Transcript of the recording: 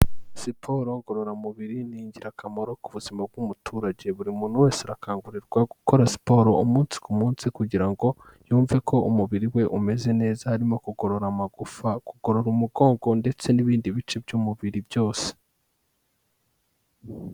Siporo ngororamubiri ni ingirakamaro ku buzima bw'umuturage, buri muntu wese arakangurirwa gukora siporo umunsi ku munsi kugira ngo yumve ko umubiri we umeze neza, harimo kugorora amagufa, kugorora umugongo ndetse n'ibindi bice by'umubiri byose.